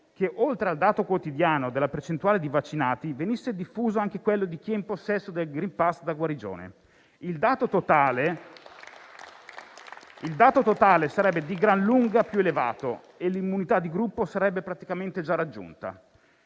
che, oltre al dato quotidiano della percentuale di vaccinati, venisse diffuso anche quello di chi è in possesso del *green pass* da guarigione. Il dato totale sarebbe di gran lunga più elevato e l'immunità di gruppo sarebbe praticamente già raggiunta.